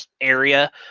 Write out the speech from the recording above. area